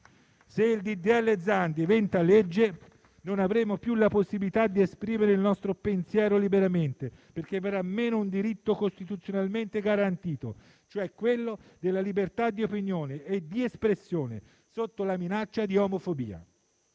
proposta Zan diventa legge, non avremo più la possibilità di esprimere il nostro pensiero liberamente perché verrà meno un diritto costituzionalmente garantito, cioè quello della libertà di opinione e di espressione, sotto la minaccia di omofobia.